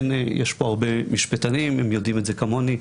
יש פה הרבה משפטנים והם יודעים את זה כמוני,